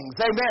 Amen